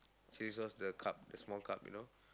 chilli sauce the cup the small cup you know